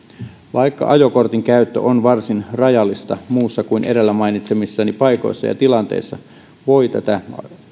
vaikka ajokortin käyttö on varsin rajallista muissa kuin edellä mainitsemissani paikoissa ja tilanteissa voi tätä